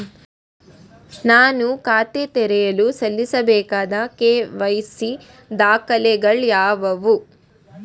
ನಾನು ಖಾತೆ ತೆರೆಯಲು ಸಲ್ಲಿಸಬೇಕಾದ ಕೆ.ವೈ.ಸಿ ದಾಖಲೆಗಳಾವವು?